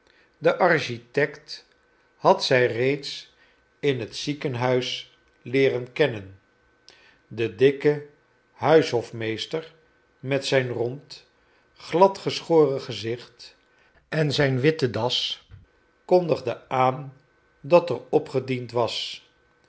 den architect had zij reeds in het ziekenhuis leeren kennen de dikke huishofmeester met zijn rond gladgeschoren gezicht en zijn witten das kondigde aan dat er opgediend was